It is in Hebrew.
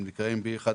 הם נקראים B1,